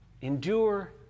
endure